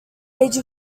age